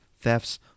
thefts